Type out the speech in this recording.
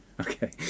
Okay